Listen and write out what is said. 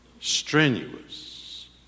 strenuous